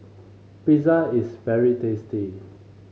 pizza is very tasty